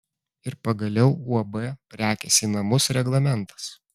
ir pagaliau uab prekės į namus reglamentas